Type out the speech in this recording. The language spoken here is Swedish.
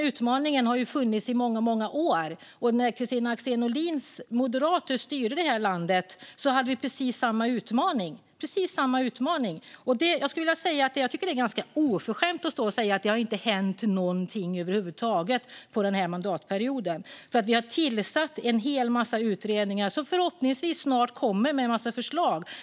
Utmaningen har funnits i många år. När Kristina Axén Olins moderater styrde landet hade vi precis samma utmaning. Jag tycker att det är ganska oförskämt att stå och säga att det inte har hänt någonting över huvud taget under denna mandatperiod, för vi har tillsatt en hel massa utredningar som förhoppningsvis snart kommer med en massa förslag.